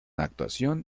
actuación